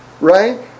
Right